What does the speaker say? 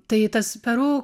tai tas peru